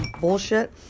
bullshit